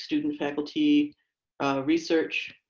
student faculty research.